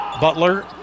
Butler